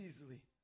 easily